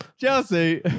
Chelsea